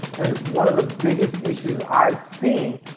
and one of the biggest issues i've seen,